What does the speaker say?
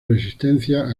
resistencia